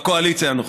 בקואליציה הנוכחית.